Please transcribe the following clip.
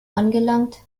angelangt